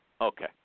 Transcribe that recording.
Okay